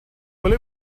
will